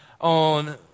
on